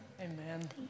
Amen